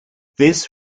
this